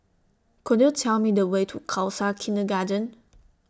Could YOU Tell Me The Way to Khalsa Kindergarten